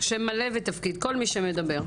שם מלא ותפקיד, כל מי שמדבר.